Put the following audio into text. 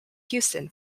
houston